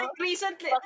recently